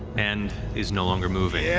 and is no longer moving.